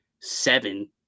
seven